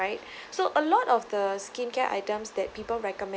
right so a lot of the skincare items that people recommend